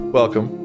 welcome